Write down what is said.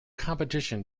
competition